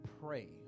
pray